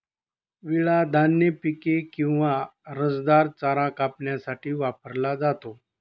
विळा धान्य पिके किंवा रसदार चारा कापण्यासाठी वापरला जातो